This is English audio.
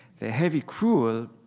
their heavy, cruel,